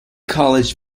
college